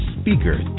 speaker